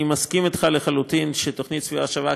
אני מסכים אתך לחלוטין שתוכנית "סביבה שווה",